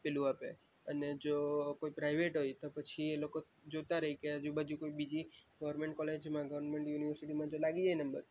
પેલું આપે અને જો કોઈ પ્રાઇવેટ હોય તો પછી એ લોકો જોતાં રહે કે આજુબાજુ કોઈ બીજી ગોવર્મેન્ટ કોલેજમાં ગોવર્મેન્ટ યુનિવર્સિટીમાં જો લાગી જાય નંબર